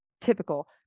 typical